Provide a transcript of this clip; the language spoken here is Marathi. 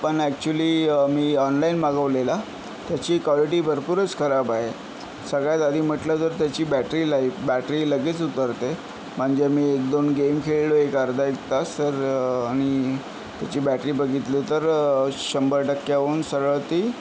पण ॲक्च्युली मी ऑनलाईन मागवलेला त्याची क्वालिटी भरपूरच खराब आहे सगळ्यात आधी म्हटलं तर त्याची बॅटरी लाईफ बॅटरी लगेच उतरते म्हणजे मी एक दोन गेम खेळलो एक अर्धा एक तास तर आणि त्याची बॅटरी बघितली तर शंभर टक्क्याहून सरळ ती